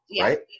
right